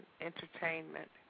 entertainment